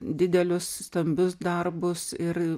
didelius stambius darbus ir